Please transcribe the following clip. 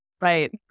right